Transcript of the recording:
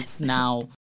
now